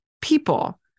people